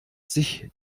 sich